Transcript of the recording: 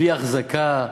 בלי אחזקה,